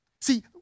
See